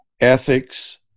ethics